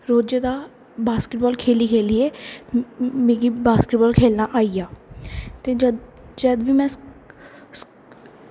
रोजै दा बास्केटबॉल खेल्ली खेल्लियै मिगी बास्केटबॉल खेल्लना आई गेआ ते जद जद भी में स्कूल